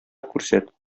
күрсәт